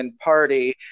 Party